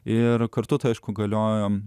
ir kartu tai aišku galiojo